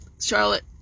Charlotte